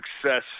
success